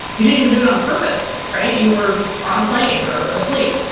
you didn't even do it on purpose, right? you were on a plane or asleep.